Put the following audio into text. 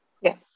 Yes